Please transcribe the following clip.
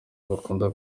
bakunda